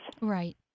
Right